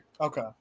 Okay